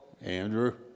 Andrew